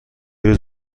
روز